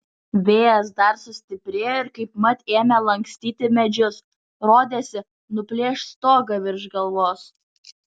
vėjas dar sustiprėjo ir kaipmat ėmė lankstyti medžius rodėsi nuplėš stogą virš galvos